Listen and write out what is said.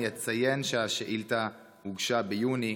אני אציין שהשאילתה הוגשה ביוני,